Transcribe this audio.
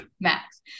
max